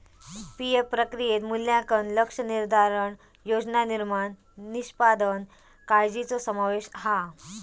PF प्रक्रियेत मूल्यांकन, लक्ष्य निर्धारण, योजना निर्माण, निष्पादन काळ्जीचो समावेश हा